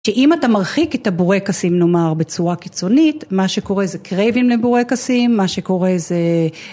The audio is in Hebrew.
שאם אתה מרחיק את הבורקסים, נאמר, בצורה קיצונית, מה שקורה זה קרייבים לבורקסים, מה שקורה זה...